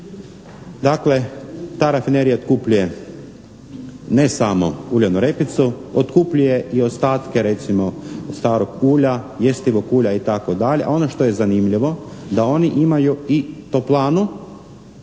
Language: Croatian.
Dakle, ta rafinerija otkupljuje ne samo uljanu repicu, otkupljuje i ostatke recimo starog ulja, jestivog ulja itd., a ono što je zanimljivo da oni imaju i toplanu